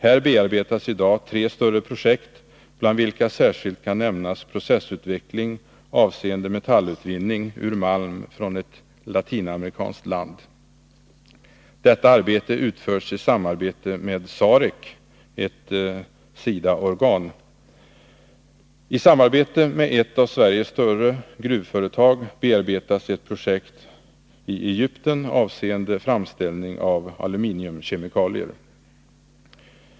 Här bearbetas i dag tre större projekt, bland vilka särskilt kan nämnas processutveckling avseende ädelmetallutvinning ur malm från ett latinamerikanskt land. Detta arbete utförs i samarbete med SAREK, ett SIDA organ. I samarbete med ett av Sveriges större gruvföretag bearbetas ett projekt i Egypten avseende framställning av aluminiumkemikalier.